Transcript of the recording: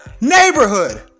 neighborhood